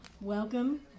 Welcome